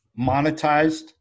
monetized